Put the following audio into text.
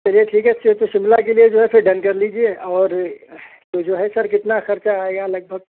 چلیے ٹھیک ہے تو شملہ کے لیے جو ہے پھر ڈن کر لییجیے اور وہ جو ہے سر کتنا خرچہ آئے گا لگ بھگ